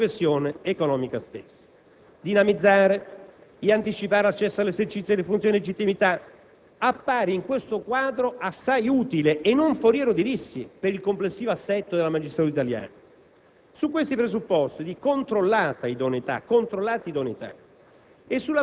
evitando in questo modo le distorsioni insite in sistemi acceleratori della progressione economica stessa. Dinamizzare e anticipare l'accesso all'esercizio delle funzioni di legittimità appare, in questo quadro, assai utile e non foriero di rischi per il complessivo assetto della magistratura italiana.